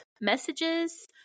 messages